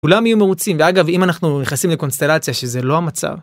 כולם יהיו מרוצים, ואגב אם אנחנו נכנסים לקונסטלציה שזה לא המצב,